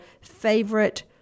favorite